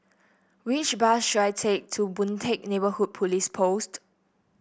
which bus should I take to Boon Teck Neighbourhood Police Post